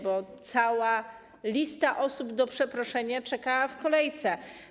Bo cała lista osób do przeproszenia czeka w kolejce.